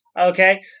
okay